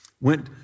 went